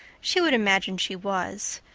she would imagine she was.